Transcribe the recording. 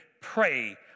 pray